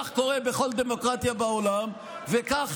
כך קורה בכל דמוקרטיה בעולם וכך,